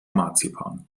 marzipan